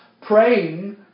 praying